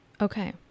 Okay